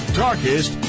darkest